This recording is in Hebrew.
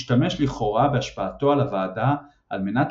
השתמש לכאורה בהשפעתו על הווועדה על מנת